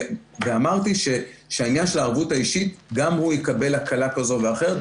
ואמרתי שגם העניין של הערבות האישית יקבל הקלה כזו ואחרת.